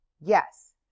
yes